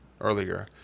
earlier